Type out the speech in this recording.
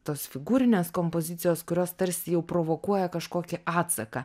tos figūrinės kompozicijos kurios tarsi jau provokuoja kažkokį atsaką